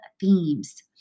themes